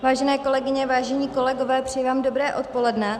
Vážené kolegyně, vážení kolegové, přeji vám dobré odpoledne.